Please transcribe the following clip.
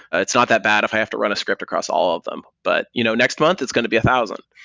ah it's not that bad if i have to run a script across all of them, but you know next month it's going to be a thousand,